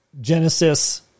Genesis